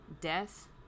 death